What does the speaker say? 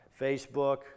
Facebook